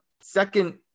second